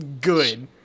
Good